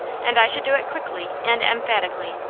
and i should do it quickly, and emphatically.